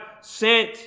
sent